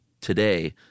today